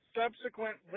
subsequent